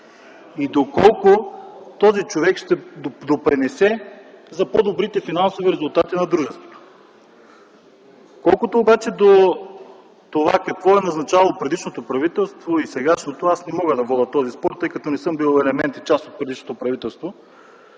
и доколко този човек ще допринесе за по-добрите финансови резултати на дружеството? Колкото до това, какво е назначавало предишното правителство и сегашното, аз не мога да водя този спор, тъй като не съм бил елемент и част от предишното правителство.